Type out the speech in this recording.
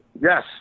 Yes